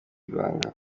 ibanga